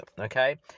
okay